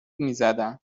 میزدن